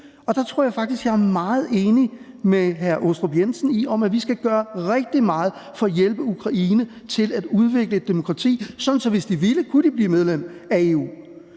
og der tror jeg faktisk, jeg er meget enig med hr. Michael Aastrup Jensen i, at vi skal gøre rigtig meget for at hjælpe Ukraine til at udvikle demokrati, sådan at hvis de ville, kunne de blive medlem af EU.